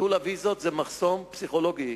הוויזות זה מחסום פסיכולוגי,